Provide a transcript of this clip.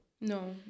No